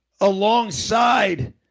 alongside